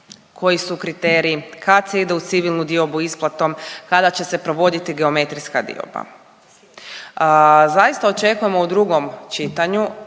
Koji su kriteriji, kad se ide u civilnu diobu isplatom, kada će se provoditi geometrijska dioba? Zaista očekujemo u drugom čitanju